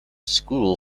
school